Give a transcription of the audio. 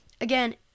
again